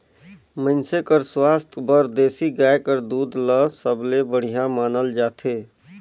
मइनसे कर सुवास्थ बर देसी गाय कर दूद ल सबले बड़िहा मानल जाथे